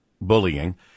bullying